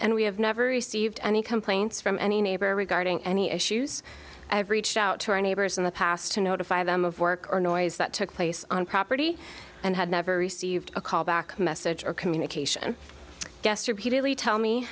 and we have never received any complaints from any neighbor regarding any issues i've reached out to our neighbors in the past to notify them of work or noise that took place on property and had never received a call back message or communication guest repeatedly tell me